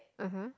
(uh huh)